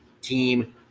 team